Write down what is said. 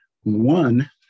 one